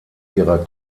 ihrer